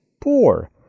poor